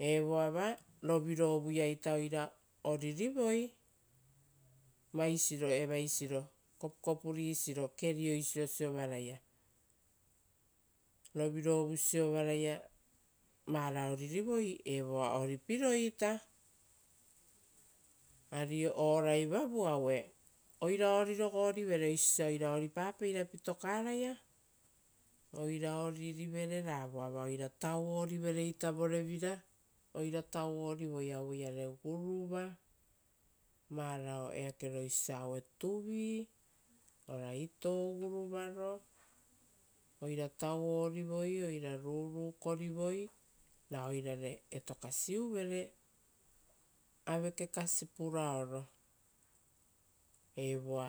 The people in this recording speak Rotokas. Evoava rovirovuiaita vara oririvoi, vaisiro evaisiro kopukopuri isiro, kerioisiro siovaraia. Rovirovu siovaraia vara oriririvoi, evoaa orirogorive oisio osia oira oripapeira pitokaraia ra voava oira tauo rivere ita vorevira, oira tauorivoi aueiare guruva, varao eakero oisio osia aue tuvii ora ito guruvaro. Oira taurivoi oira rurukorivoi ra oirare etokasiuvere aveke kasi puraoro. Evoa